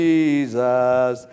Jesus